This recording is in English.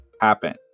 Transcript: happen